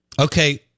Okay